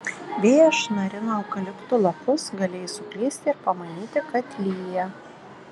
vėjas šnarino eukaliptų lapus galėjai suklysti ir pamanyti kad lyja